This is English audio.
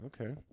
Okay